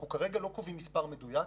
אנחנו כרגע לא קובעים מספר מדויק.